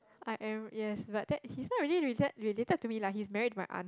I am yes but that he's not really related related to me lah he's married to my aunt